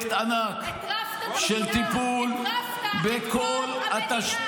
בקרב, במה אתה מתעסק?